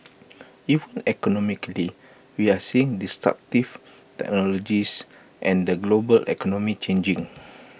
even economically we're seeing destructive technologies and the global economy changing